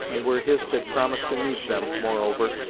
and where hist had promised to meet them, moreover,